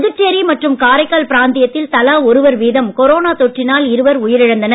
புதுச்சேரி மற்றும் காரைக்கால் பிராந்தியத்தில் தலா ஒருவர் வீதம் கொரோனா தொற்றினால் இருவர் உயிரிழந்தனர்